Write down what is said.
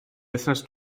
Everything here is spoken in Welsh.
wythnos